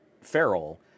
Feral